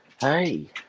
Hey